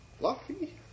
Luffy